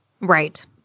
Right